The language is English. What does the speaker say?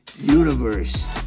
universe